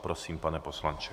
Prosím, pane poslanče.